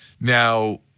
Now